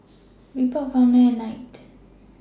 Reebok Farmland and Knight